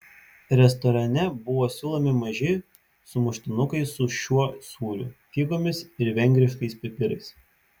restorane buvo siūlomi maži sumuštinukai su šiuo sūriu figomis ir vengriškais pipirais